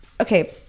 okay